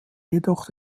jedoch